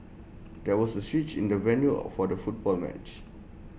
there was A switch in the venue of for the football match